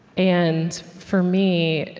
and for me,